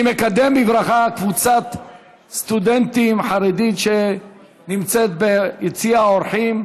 אני מקדם בברכה קבוצת סטודנטים חרדית שנמצאת ביציע האורחים,